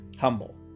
humble